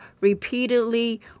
repeatedly